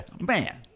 man